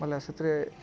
ମାନେ ସେଥିରେ